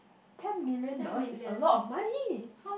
ten million dollars is a lot of money